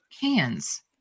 cans